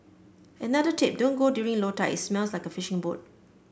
another tip don't go during low tide it smells like a fishing boat